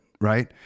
right